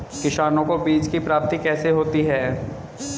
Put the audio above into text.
किसानों को बीज की प्राप्ति कैसे होती है?